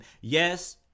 Yes